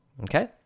Okay